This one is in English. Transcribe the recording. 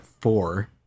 four